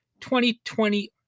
2020